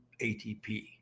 atp